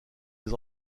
des